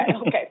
okay